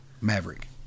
Maverick